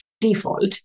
default